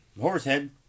Horsehead